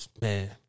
Man